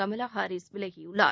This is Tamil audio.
கமலா ஹாரிஸ் விலகியுள்ளார்